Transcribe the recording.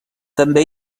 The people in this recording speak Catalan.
també